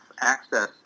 access